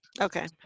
okay